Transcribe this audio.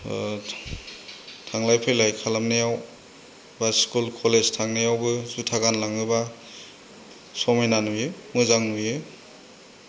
थांलाय फैलाय खालामनायाव बा स्कुल कलेज थांनायावबो जुथा गानलाङोबा समायना नुयो मोजां नुयो